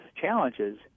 challenges